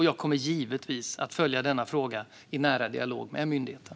Jag kommer givetvis att följa denna fråga i nära dialog med myndigheten.